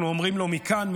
אנחנו אומרים להם מכאן,